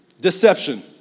Deception